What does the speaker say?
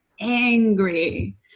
angry